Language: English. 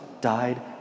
died